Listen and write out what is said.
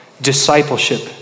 discipleship